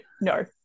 No